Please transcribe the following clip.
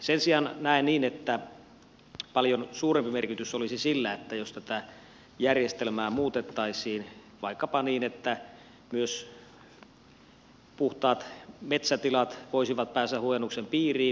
sen sijaan näen niin että paljon suurempi merkitys olisi sillä jos tätä järjestelmää muutettaisiin vaikkapa niin että myös puhtaat metsätilat voisivat päästä huojennuksen piiriin